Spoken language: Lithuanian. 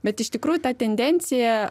bet iš tikrųjų ta tendencija